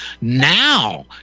now